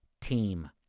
team